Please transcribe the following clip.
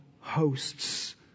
hosts